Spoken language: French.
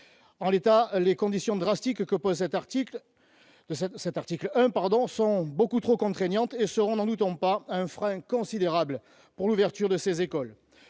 En l'état, les conditions drastiques que pose l'article 1 sont beaucoup trop contraignantes et constitueront, n'en doutons pas, un frein considérable à l'ouverture de ces écoles.